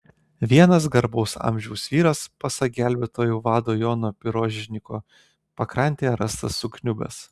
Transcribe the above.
vienas garbaus amžiaus vyras pasak gelbėtojų vado jono pirožniko pakrantėje rastas sukniubęs